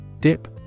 Dip